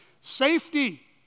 safety